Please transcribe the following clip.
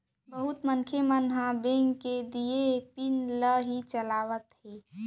बहुत मनखे मन ह बेंक के दिये पिन ल ही चलावत रथें